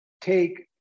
take